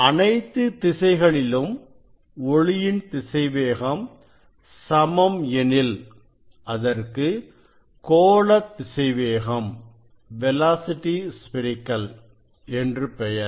அனைத்து திசைகளிலும் ஒளியின் திசைவேகம் சமம் எனில் அதற்கு கோள திசைவேகம் என்று பெயர்